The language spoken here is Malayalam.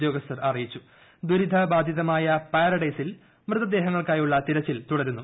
ഉദ്യോഗസ്ഥർ ദുരിതബാധിതമായ പാരഡൈസിൽ മൃതദേഹങ്ങൾക്കായുള്ള തിരച്ചിൽ തുടരുന്നു